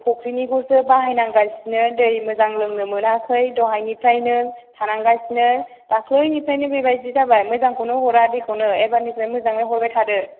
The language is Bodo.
फख्रिनिखौसो बाहायनांगासिनो दै मोजां लोंनो मोनाखै दहायनिफ्रायनो थानांगासिनो दाख्लिनिफ्रायनो बेबायदि जाबाय मोजांखौनो हरा दैखौनो एबारनिफ्राय मोजाङै हरबाय थादो